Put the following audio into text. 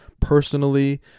personally